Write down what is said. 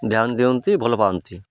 ଧ୍ୟାନ ଦିଅନ୍ତି ଭଲ ପାଆନ୍ତି